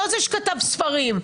לא זה שכתב ספרים.